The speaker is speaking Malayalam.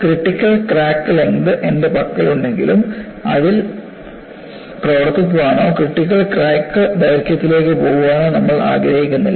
ക്രിട്ടിക്കൽ ക്രാക്ക് ലെങ്ത് എന്റെ പക്കലുണ്ടെങ്കിലും അതിൽ പ്രവർത്തിക്കാനോ ക്രിട്ടിക്കൽ ക്രാക്ക് ദൈർഘ്യത്തിലേക്ക് പോകാനോ നമ്മൾ ആഗ്രഹിക്കുന്നില്ല